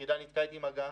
היחידה ניתקה אתי מגע.